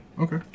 Okay